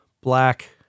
black